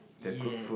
ya